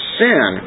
sin